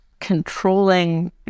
controlling